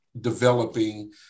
developing